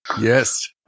Yes